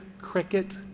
cricket